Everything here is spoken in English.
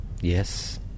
Yes